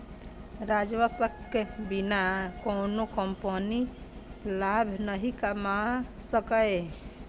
राजस्वक बिना कोनो कंपनी लाभ नहि कमा सकैए